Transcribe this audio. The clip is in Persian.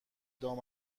دام